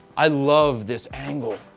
i love this angle.